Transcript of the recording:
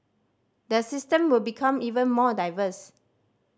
the system will become even more diverse